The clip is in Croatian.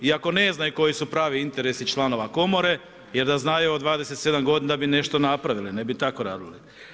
Iako ne znaju koji su pravi interesi članova komore jer da znaju od 27 godina bi nešto napravili, ne bi tako radili.